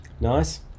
Nice